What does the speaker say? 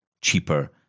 cheaper